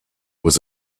was